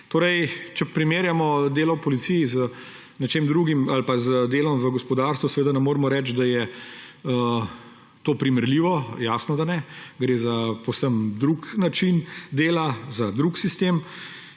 naprej. Če primerjamo delo v policiji z nečim drugim ali pa z delom v gospodarstvu, seveda ne moremo reči, da je to primerljivo, jasno, da ne. Gre za povsem drug način dela, za drug sistem.